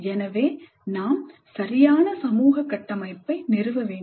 எனவே நாம் சரியான சமூக கட்டமைப்பை நிறுவ வேண்டும்